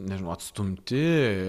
nežinau atstumti